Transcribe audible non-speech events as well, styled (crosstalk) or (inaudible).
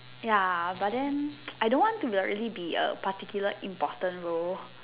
ya but then (noise) I don't want to be a really be a particular important role